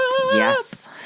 Yes